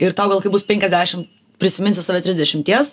ir tau gal kai bus penkiasdešim prisiminsi save trisdešimties